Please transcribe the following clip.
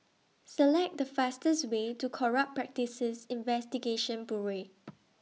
Select The fastest Way to Corrupt Practices Investigation Bureau